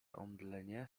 omdlenie